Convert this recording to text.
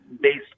based